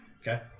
Okay